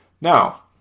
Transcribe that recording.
now